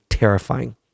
terrifying